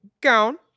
gown